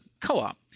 co-op